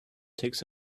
takes